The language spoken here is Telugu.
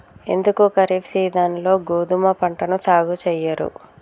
ఎందుకు ఖరీఫ్ సీజన్లో గోధుమ పంటను సాగు చెయ్యరు?